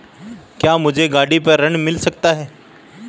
क्या मुझे गाड़ी पर ऋण मिल सकता है?